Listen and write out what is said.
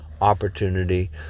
opportunity